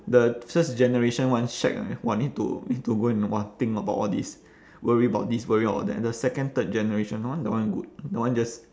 the first generation one shag ah !wah! need to need to go and !wah! think about all this worry about this worry about that the second third generation one that one good that one just